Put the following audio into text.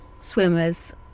swimmers